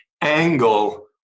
angle